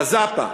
ב"זאפה"